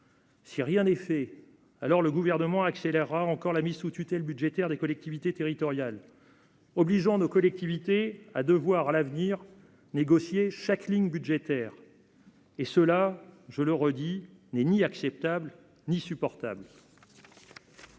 Si rien n'est fait, alors le gouvernement accélérera encore la mise sous tutelle budgétaire des collectivités territoriales, obligeant nos collectivités à devoir à l'avenir, négocier chaque ligne budgétaire. Et cela, je le redis, n'est ni acceptable ni supportable.